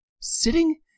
Sitting